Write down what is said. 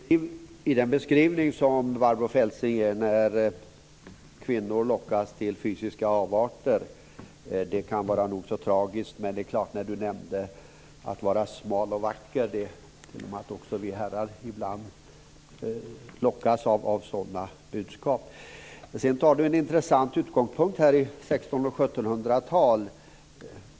Fru talman! Jag instämmer i den beskrivning som Barbro Feltzing gör av att kvinnor lockas till fysiska avarter. Det kan vara nog så tragiskt. Men det är klart att när hon nämnde att vara smal och vacker får jag tillstå att vi herrar ibland också lockas av sådana budskap. Sedan tar Barbro Feltzing en intressant utgångspunkt i 1600 och 1700-talen.